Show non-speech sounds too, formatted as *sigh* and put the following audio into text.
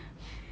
*breath*